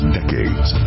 decades